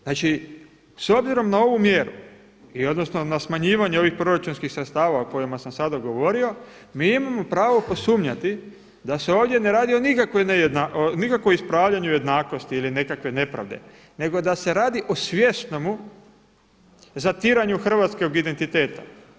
Znači s obzirom na ovu mjeru i odnosno na smanjivanje ovih proračunski sredstava o kojima sam sada govorimo mi imamo pravo posumnjati da se ovdje ne radi o nikakvom ispravljanju jednakosti ili nekakve nepravde nego da se radi o svjesnomu zatiranju hrvatskog identiteta.